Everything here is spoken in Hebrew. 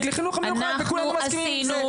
לחינוך המיוחד וכולנו מסכימים עם זה.